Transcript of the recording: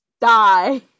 die